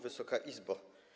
Wysoka Izbo!